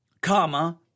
comma